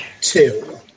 two